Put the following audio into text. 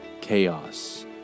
chaos